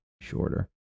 shorter